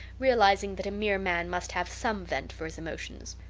realizing that a mere man must have some vent for his emotions.